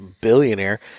billionaire